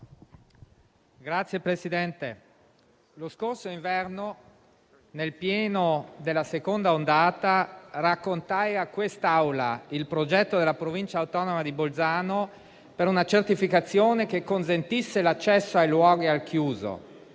lo scorso inverno, nel pieno della seconda ondata, raccontai a quest'Assemblea il progetto della Provincia autonoma di Bolzano per una certificazione che consentisse l'accesso ai luoghi al chiuso.